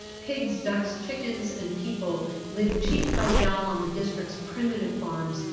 pigs, ducks, chickens and people live cheek-by-jowl on the district's primitive farms,